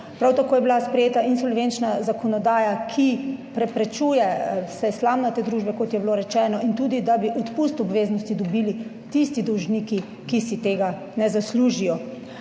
Prav tako je bila sprejeta insolvenčna zakonodaja, ki preprečuje v slamnate družbe, kot je bilo rečeno in tudi, da bi odpust obveznosti dobili tisti dolžniki, ki si tega ne zaslužijo.